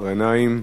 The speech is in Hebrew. מסעוד גנאים.